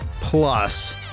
plus